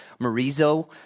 marizo